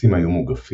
התריסים היו מוגפים,